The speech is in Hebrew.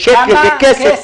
כמה כסף?